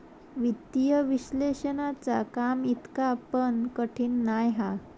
वित्तीय विश्लेषणाचा काम इतका पण कठीण नाय हा